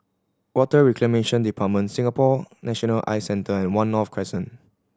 Water Reclamation Department Singapore National Eye Centre and One North Crescent